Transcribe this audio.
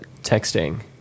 texting